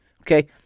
okay